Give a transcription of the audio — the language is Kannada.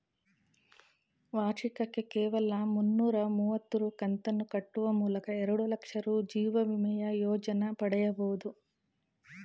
ವಾರ್ಷಿಕಕ್ಕೆ ಕೇವಲ ಮುನ್ನೂರ ಮುವತ್ತು ರೂ ಕಂತನ್ನು ಕಟ್ಟುವ ಮೂಲಕ ಎರಡುಲಕ್ಷ ರೂ ಜೀವವಿಮೆಯ ಯೋಜ್ನ ಪಡೆಯಬಹುದು